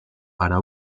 para